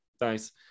Nice